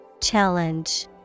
Challenge